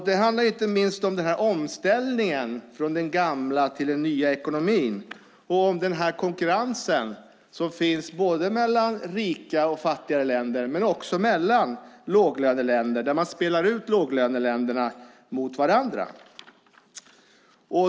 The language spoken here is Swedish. Det handlar inte minst om omställningen från den gamla till den nya ekonomin och om den konkurrens som finns mellan rika och fattiga länder men också mellan låglöneländer där man spelar ut låglöneländerna mot varandra.